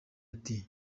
ati